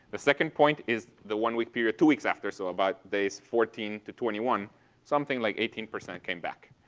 the second point is the one week period two weeks after. so about days fourteen to twenty one something like eighteen percent came back.